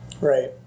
Right